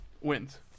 wins